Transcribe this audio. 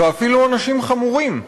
ואפילו עונשים חמורים.